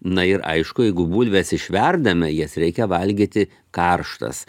na ir aišku jeigu bulves išverdame jas reikia valgyti karštas